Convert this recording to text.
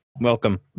Welcome